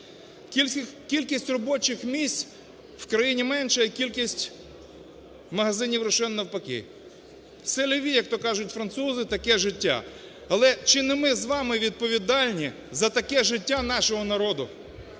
Кількість робочих місць в країні меншає, а кількість магазинів ROCHEN, навпаки. C'estla vie, як то кажуть французи, таке життя. Але чи не ми з вами відповідальні за таке життя нашого народу?